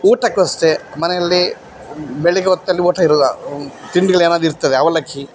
ಊಟಕ್ಕೂ ಅಷ್ಟೆ ಮನೆಯಲ್ಲಿ ಬೆಳಗ್ಗೆ ಹೊತ್ತಲ್ಲಿ ಊಟಯಿರಲ್ಲ ತಿಂಡಿಗಳು ಏನಾದರೂ ಇರ್ತದೆ ಅವಲಕ್ಕಿ